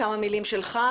כמה מלים שלך.